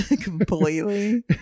Completely